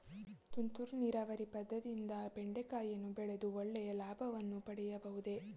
ತುಂತುರು ನೀರಾವರಿ ಪದ್ದತಿಯಿಂದ ಬೆಂಡೆಕಾಯಿಯನ್ನು ಬೆಳೆದು ಒಳ್ಳೆಯ ಲಾಭವನ್ನು ಪಡೆಯಬಹುದೇ?